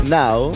now